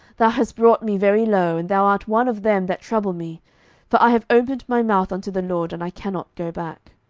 thou hast brought me very low, and thou art one of them that trouble me for i have opened my mouth unto the lord, and i cannot go back.